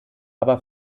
aber